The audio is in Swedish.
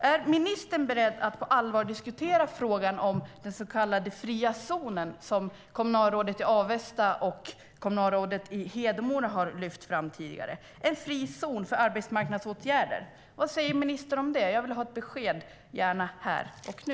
Är ministern beredd att på allvar diskutera frågan om den så kallade fria zonen, som kommunalrådet i Avesta och kommunalrådet i Hedemora tidigare har lyft fram, en frizon för arbetsmarknadsåtgärder? Vad säger ministern om det? Jag vill ha ett besked, gärna här och nu.